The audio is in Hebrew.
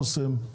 אסם?